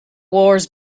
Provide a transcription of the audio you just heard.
wars